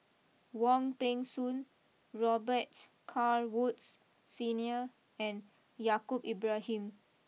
Wong Peng Soon Robet Carr Woods Senior and Yaacob Ibrahim